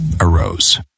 Arose